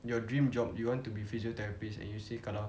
your dream job you want to be physiotherapist and you say kalau